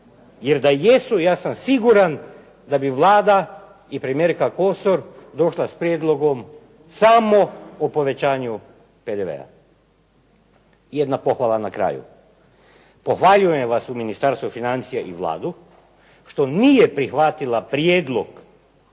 jer da jesu ja sam siguran da bi Vlada i premijerka Kosor došla s prijedlogom samo o povećanju PDV-a. Jedna pohvala na kraju. Pohvaljujem vas u Ministarstvu financija i Vladu što nije prihvatila prijedlog